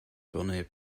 burnet